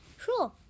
Sure